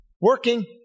Working